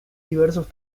diversos